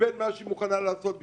לבין מה שהיא מוכנה לעשות בשבילם.